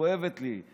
שכואבת לי.